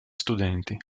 studenti